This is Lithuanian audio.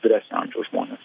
vyresnio amžiaus žmones